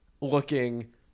looking